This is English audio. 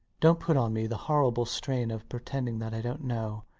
dont put on me the horrible strain of pretending that i dont know.